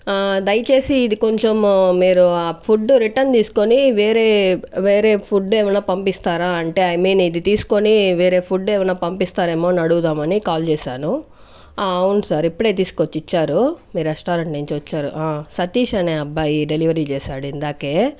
దయచేసి ఇది కొంచెం మీరు ఫుడ్ రిటర్న్ తీసుకొని వేరే వేరే ఫుడ్ ఏమైనా పంపిస్తారా అంటే ఐ మీన్ ఇది తీసుకొని వేరే ఫుడ్ ఏమైనా పంపిస్తారేమో అని అడుగుదామని కాల్ చేశాను అవును సార్ ఇప్పుడే తీసుకొచ్చి ఇచ్చారు మీరు రెస్టారెంట్ నుంచి వచ్చారు సతీష్ అనే అబ్బాయి డెలివరీ చేశాడు ఇందాకే